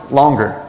longer